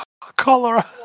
Cholera